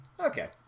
Okay